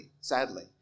sadly